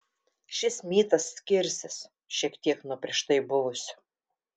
šis mytas skirsis šiek tiek nuo prieš tai buvusio